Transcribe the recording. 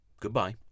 Goodbye